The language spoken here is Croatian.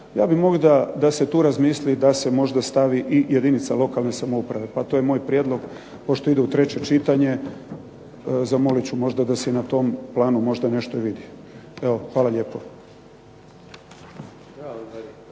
Ja bih možda da se tu razmisli da se možda stavi i jedinica lokalne samouprave, pa to je moj prijedlog pošto ide u treće čitanje zamolit ću možda da se i na tom planu možda nešto i vidi. Evo hvala lijepo.